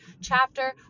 chapter